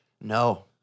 No